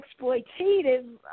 exploitative